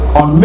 on